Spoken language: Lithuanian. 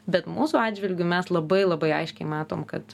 bet mūsų atžvilgiu mes labai labai aiškiai matom kad